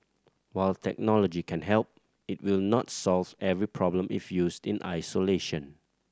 while technology can help it will not solves every problem if used in isolation